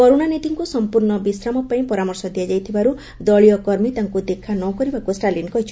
କରୁଣାନିଧିଙ୍କୁ ସମ୍ପର୍ଣ୍ଣ ବିଶ୍ରାମପାଇଁ ପରାମର୍ଶ ଦିଆଯାଇଥିବାରୁ ଦଳୀୟ କର୍ମୀ ତାଙ୍କୁ ଦେଖା ନ କରିବାକୁ ଷ୍ଟାଲିନ୍ କହିଛନ୍ତି